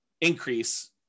increase